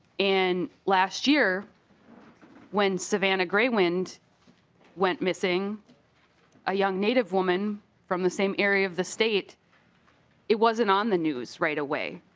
and last year when savanna when and when missing a young native women from the same area of the state it was in on the news right away.